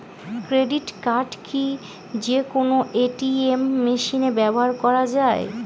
Credit card কি যে কোনো এ.টি.এম মেশিনে ব্যবহার করা য়ায়?